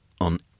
on